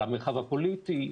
על המרחב הפוליטי.